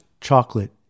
chocolate